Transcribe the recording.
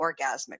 orgasmic